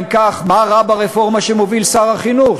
בוודאי: אם כך, מה רע ברפורמה שמוביל שר החינוך?